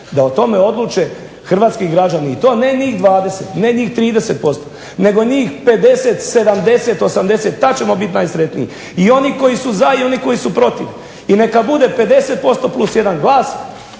da o tome odluče hrvatski građani i to ne njih 20, ne njih 30% nego njih 50, 70, 80, tad ćemo biti najsretniji i oni koji su za i oni koji su protiv. I neka bude 50%+1 glas,